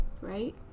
right